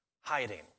hiding